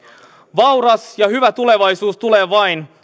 vauras ja hyvä tulevaisuus tulee vain